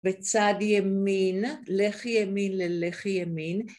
בצד ימין, לחי ימין ללחי ימין